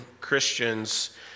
Christians